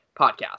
podcast